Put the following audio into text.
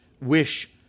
wish